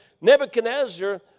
Nebuchadnezzar